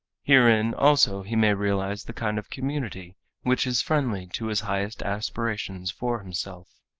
herein also he may realize the kind of community which is friendly to his highest aspirations for himself.